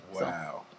Wow